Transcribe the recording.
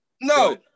No